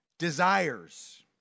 desires